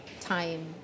time